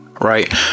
right